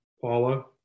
Paula